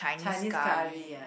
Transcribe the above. Chinese curry ah